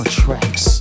tracks